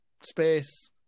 space